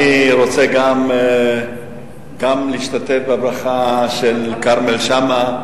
אני רוצה להשתתף בברכה לכרמל שאמה,